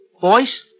Voice